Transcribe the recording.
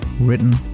written